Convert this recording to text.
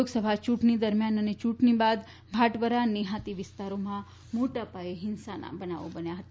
લોકસભા ચૂંટણી દરમ્યાન અને ચૂંટણી બાદ ભાટવરા નેફાતી વિસ્તારોમાં મોટા પાયેફિંસાના બનાવો બન્યા હતા